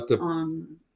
on